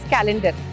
Calendar